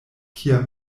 kia